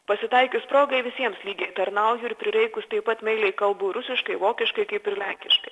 pasitaikius progai visiems lygiai tarnauju ir prireikus taip pat meiliai kalbu rusiškai vokiškai kaip ir lenkiškai